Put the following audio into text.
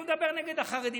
הוא מדבר נגד החרדים.